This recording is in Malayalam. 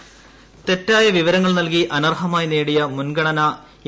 വൈ തെറ്റായ വിവരങ്ങൾ നൽകി അനർഹമായി നേടിയ മുൻഗണനാഎ